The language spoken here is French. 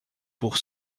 pour